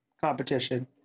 competition